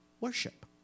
Worship